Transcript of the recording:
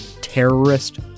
terrorist